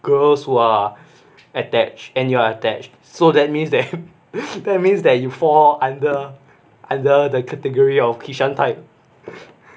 girls who are attached and you are attached so that means that means that you fall under under the category of kishan type